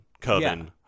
coven